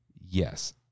Yes